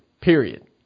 period